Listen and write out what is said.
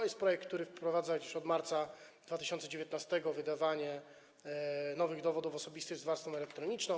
Jest to projekt, który wprowadza już od marca 2019 r. wydawanie nowych dowodów osobistych z warstwą elektroniczną.